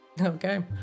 Okay